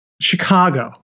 Chicago